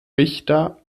richter